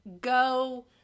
go